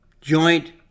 joint